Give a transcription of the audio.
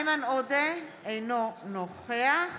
אינו נוכח